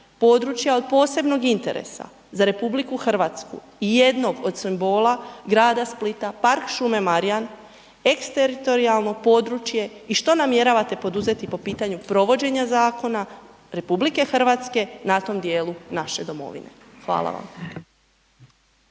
područja od posebnog interesa za RH i jednog od simbola grada Splita, Park šume Marjan eksteritorijalno područje i što namjeravate poduzeti po pitanju provođenja zakona RH na tom dijelu naše domovine? Hvala vam.